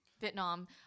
Vietnam